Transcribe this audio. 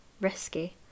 risky